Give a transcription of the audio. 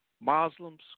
Muslims